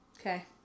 Okay